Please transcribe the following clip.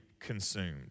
consumed